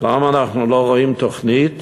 למה אנחנו לא רואים תוכנית